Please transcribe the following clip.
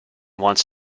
wants